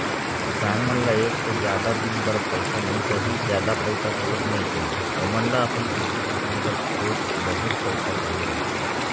किसान मन ल एक तो जादा दिन बर पइसा नइ चाही, जादा पइसा घलोक नइ चाही, ओमन ल अपन खेती किसानी बर थोक बहुत पइसा चाही रहिथे